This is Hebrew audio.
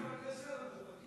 בבתי הספר,